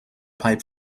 pipe